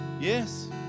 yes